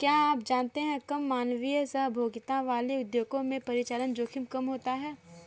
क्या आप जानते है कम मानवीय सहभागिता वाले उद्योगों में परिचालन जोखिम कम होता है?